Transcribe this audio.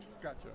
Gotcha